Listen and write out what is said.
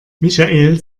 michael